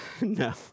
No